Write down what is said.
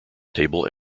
table